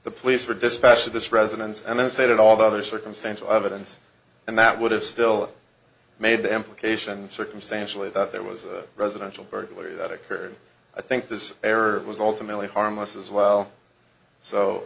the police were dispatched to this residence and then say that all the other circumstantial evidence and that would have still made the implication circumstantially that there was a residential burglary that occurred i think this error was ultimately harmless as well so